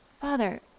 Father